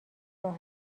راه